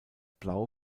blau